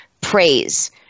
Praise